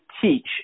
teach